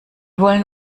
wollen